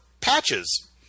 patches